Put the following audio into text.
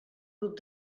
grup